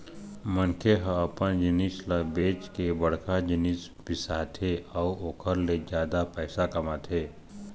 मनखे ह अपने जिनिस ल बेंच के बड़का जिनिस बिसाथे अउ ओखर ले जादा पइसा कमाथे